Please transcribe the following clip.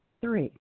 Three